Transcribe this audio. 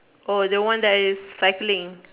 oh the one that is cycling